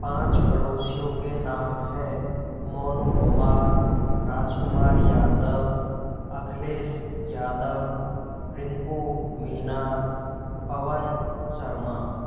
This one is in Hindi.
पाँच पड़ोसियों के नाम हैं मोनू कुमार राजकुमार यादव अखिलेश यादव रिंकू मीणा पवन शर्मा